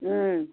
ಹ್ಞೂ